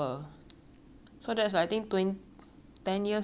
ten years lat~ oh my god ten years later